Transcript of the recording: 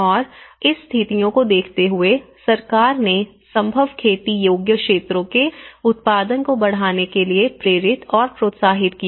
और इस स्थितियों को देखते हुए सरकार ने संभव खेती योग्य क्षेत्रों के उत्पादन को बढ़ाने के लिए प्रेरित और प्रोत्साहित किया